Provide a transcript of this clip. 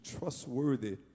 trustworthy